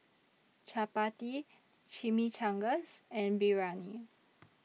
Chapati Chimichangas and Biryani